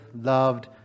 loved